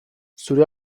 zure